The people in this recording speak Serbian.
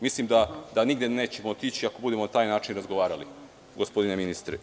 Mislim da nigde nećemo otići ako budem ona taj način razgovarali, gospodine ministre.